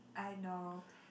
I know